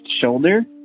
shoulder